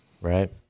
Right